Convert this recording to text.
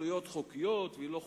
התנחלויות חוקיות ולא חוקיות.